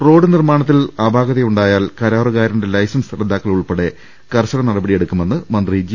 road നിർമാണത്തിൽ അപാകതകളുണ്ടായാൽ കരാറുകാരന്റെ ലൈസൻസ് റദ്ദാക്കുന്നതുൾപ്പെടെ കർശന നടപടി സ്വീകരിക്കുമെന്ന് മന്ത്രി ജി